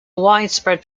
widespread